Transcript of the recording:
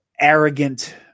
arrogant